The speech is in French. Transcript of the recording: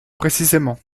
précisément